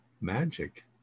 magic